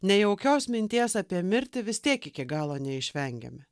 nejaukios minties apie mirtį vis tiek iki galo neišvengiam